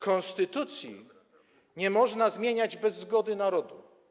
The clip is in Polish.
Konstytucji nie można zmieniać bez zgody narodu.